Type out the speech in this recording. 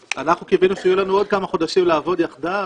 אנחנו קיווינו שיהיו לנו עוד כמה חודשים לעבוד יחדיו,